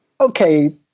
okay